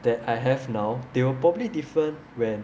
that I have now they were probably different when